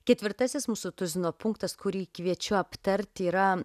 ketvirtasis mūsų tuzino punktas kurį kviečiu aptarti yra